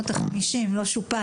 משנות החמישים הוא לא שופץ.